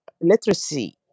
literacy